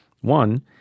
One